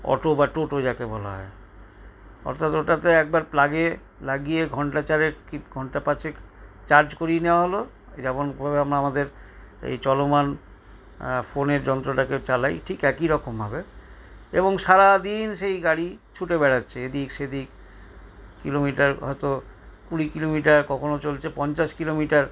auto বা টোটো যাকে বলা হয় অর্থাৎ ওটাতে একবার প্লাগে লাগিয়ে ঘন্টা চারেক কি ঘন্টা পাঁচেক চার্জ করিয়ে নেওয়া হলো যেমন ভাবে আমরা আমাদের এই চলমান ফোনের যন্ত্রটাকে চালাই ঠিক একই রকমভাবে এবং সারাদিন সেই গাড়ি ছুটে বেড়াচ্ছে এদিক সেদিক কিলোমিটার হয়তো কুড়ি কিলোমিটার কখনো চলছে পঞ্চাশ কিলোমিটার